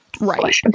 right